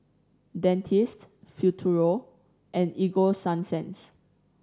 Dentiste Futuro and Ego Sunsense